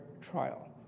trial